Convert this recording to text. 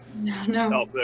No